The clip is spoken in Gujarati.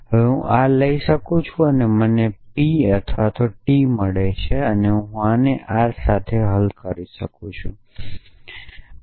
તેથી હવે હું આ લઈ શકું છું અને આ મને P અથવા T મળે છે હું આને આ સાથે હલ કરી શકું છું અથવા હું આ સાથે આને હલ કરી શકું છું